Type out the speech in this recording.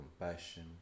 compassion